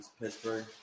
Pittsburgh